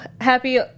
happy